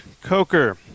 Coker